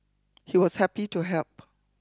he was happy to help